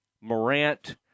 Morant